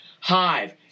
Hive